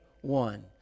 one